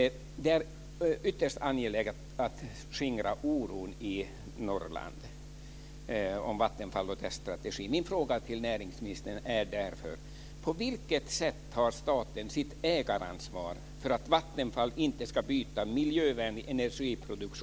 Det är ytterst angeläget att skingra oron i